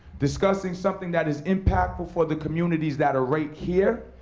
discussing something that is impactful for the communities that are right here,